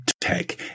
tech